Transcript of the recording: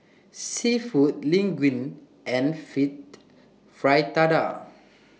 Seafood Linguine and fit Fritada